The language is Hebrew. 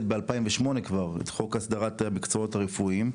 בשנת 2008 את חוק הסדרת המקצועות הרפואיים,